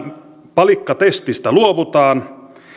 palikkatestistä luovutaan